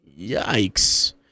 Yikes